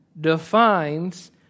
defines